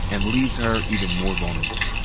and leaves her even more vulnerable.